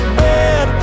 bed